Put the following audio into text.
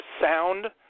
sound